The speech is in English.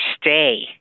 stay